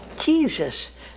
Jesus